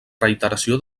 reiteració